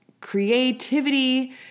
creativity